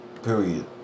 Period